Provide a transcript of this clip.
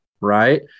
right